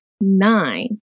nine